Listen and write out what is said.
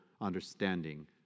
understanding